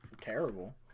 terrible